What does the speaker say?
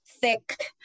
thick